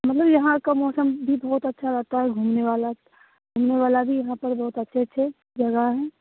मतलब यहाँ का मौसम भी बहुत अच्छा रहता है घूमने वाला घूमने वाली भी यहाँ पर बहुत अच्छी अच्छी जगहें हैं